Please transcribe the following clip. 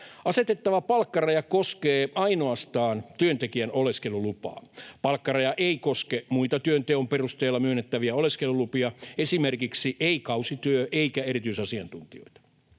Asetettava palkkaraja koskee ainoastaan työntekijän oleskelulupaa. Palkkaraja ei koske muita työnteon perusteella myönnettäviä oleskelulupia — esimerkiksi ei kausityötä eikä erityisasiantuntijoita.